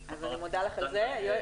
אני מודה לך על זה.